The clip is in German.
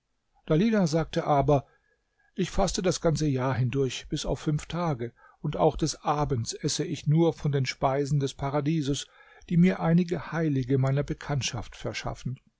dalilah sagte aber ich faste das ganze jahr hindurch bis auf fünf tage und auch des abends esse ich nur von den speisen des paradieses die mir einige heilige meiner bekanntschaft verschaffen